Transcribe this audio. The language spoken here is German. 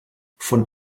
von